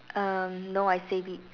um no I save it